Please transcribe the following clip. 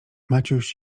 maciuś